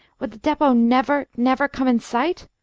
would the depot never never come in sight?